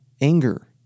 anger